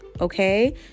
okay